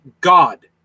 God